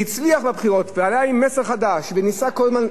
שהצליח בבחירות ועלה עם מסר חדש וניסה כל הזמן,